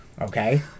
okay